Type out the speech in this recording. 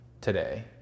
today